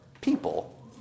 people